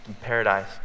paradise